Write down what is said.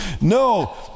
no